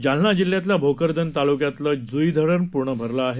जालना जिल्ह्यातल्या भोकरदन ताल्क्यातलं ज्ई धरण पूर्ण भरलं आहे